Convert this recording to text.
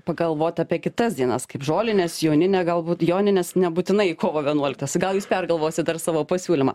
pagalvot apie kitas dienas kaip žolines joninę galbūt jonines nebūtinai kovo vienuoliktą gal jūs pergalvosit dar savo pasiūlymą